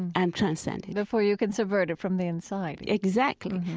and transcend it before you can subvert it from the inside exactly.